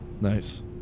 Nice